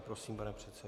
Prosím, pane předsedo.